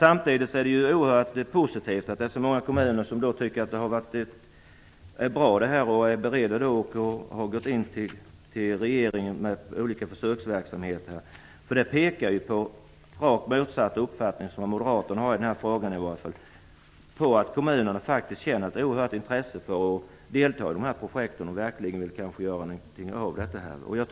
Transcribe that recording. Samtidigt är det oerhört positivt att det är så många kommuner som tycker att det här är bra och som har kommit in till regeringen med olika förslag om försöksverksamhet. Det står i raka motsatsen till moderaternas uppfattning i den här frågan, och pekar på att kommunerna faktiskt känner ett oerhört intresse för att delta i projekten och verkligen vill göra något av det här.